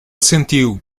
assentiu